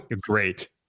Great